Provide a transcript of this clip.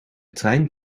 trein